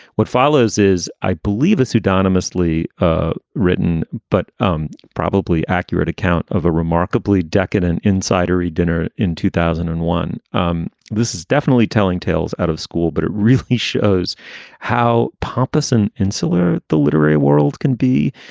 what follows is, i believe, a pseudonymous li ah written but um probably accurate account of a remarkably decadent insidery dinner in two thousand and one. um this is definitely telling tales out of school, but it really shows how pompous and insular the literary world can be,